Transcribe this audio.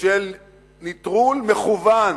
של נטרול מכוון